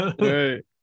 Right